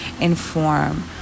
inform